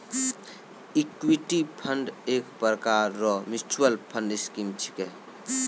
equity fund एक प्रकार रो मिच्युअल फंड स्कीम छिकै